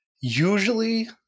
usually